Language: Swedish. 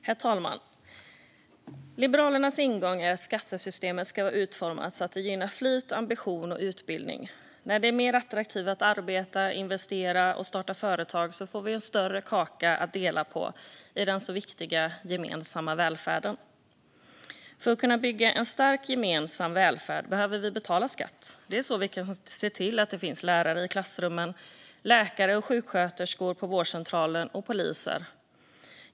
Herr talman! Liberalernas ingång är att skattesystemet ska vara utformat så att det gynnar flit, ambition och utbildning. När det är mer attraktivt att arbeta, investera och starta företag får vi en större kaka att dela på i den viktiga gemensamma välfärden. För att kunna bygga en stark gemensam välfärd behöver vi betala skatt. Det är så vi kan se till att det finns lärare i klassrummen, läkare och sjuksköterskor på vårdcentralerna och poliser.